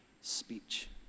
speech